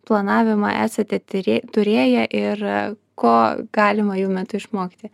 planavimą esate tyrė turėję ir ko galima jų metu išmokti